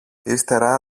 ύστερα